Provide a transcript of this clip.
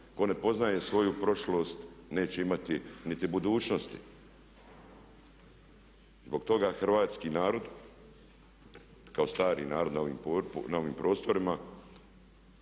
tko ne poznaje svoju prošlost neće imati niti budućnosti". Zbog toga hrvatski narod kao stari narod na ovim prostorima